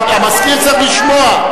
המזכיר צריך לשמוע.